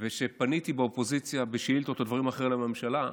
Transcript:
וכשפניתי באופוזיציה בשאילתות או בדברים אחרים לממשלה,